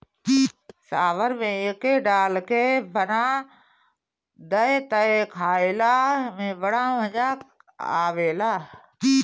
सांभर में एके डाल के बना दअ तअ खाइला में बड़ा मजा आवेला